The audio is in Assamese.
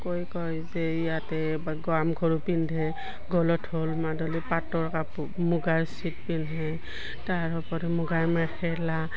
গৈ কয় যে মাদলি পাটৰ কাপোৰ মুগাৰ পিন্ধে তাৰ ওপৰত মুগাৰ মেখেলা